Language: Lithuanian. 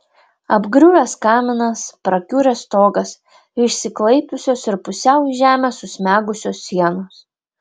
apgriuvęs kaminas prakiuręs stogas išsiklaipiusios ir pusiau į žemę susmegusios sienos